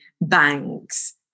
banks